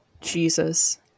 Jesus